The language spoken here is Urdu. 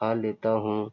کھا لیتا ہوں